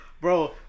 Bro